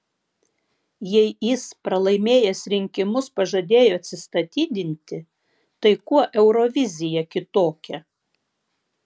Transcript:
jei jis pralaimėjęs rinkimus pažadėjo atsistatydinti tai kuo eurovizija kitokia